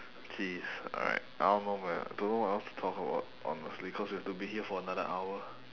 please alright I don't know man don't know what else to talk about honestly cause we have to be here for another hour